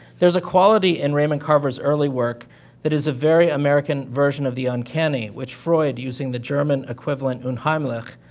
there's a quality in raymond carver's early work that is a very american version of the uncanny, which freud, using the german equivalent unheimlich,